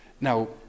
Now